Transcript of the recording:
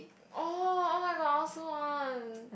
oh oh-my-god I also want